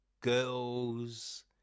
Girls